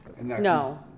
No